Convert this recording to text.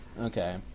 okay